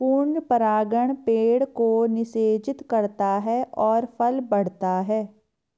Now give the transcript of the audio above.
पूर्ण परागण पेड़ को निषेचित करता है और फल बढ़ता है